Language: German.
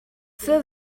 für